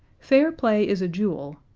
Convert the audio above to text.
fair play is a jewel.